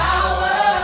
Power